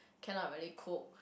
cannot really cook